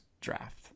draft